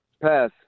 Pass